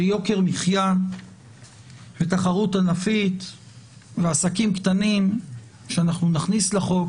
תחרות ענפית ועסקים קטנים שנכניס לחוק